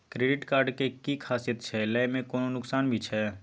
Credit card के कि खासियत छै, लय में कोनो नुकसान भी छै?